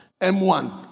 M1